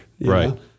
right